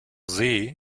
see